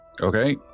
okay